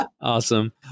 awesome